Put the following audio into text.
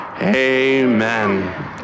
amen